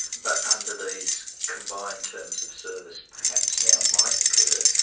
but under these combined terms of service perhaps now might occur,